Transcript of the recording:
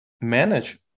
manage